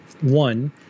one